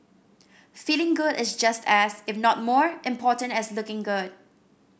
feeling good is just as if not more important as looking good